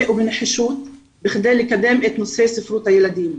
ובנחישות בכדי לקדם את נושא ספרות הילדים.